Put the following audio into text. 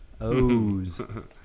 O's